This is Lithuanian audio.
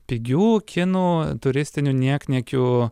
pigių kinų turistinių niekniekių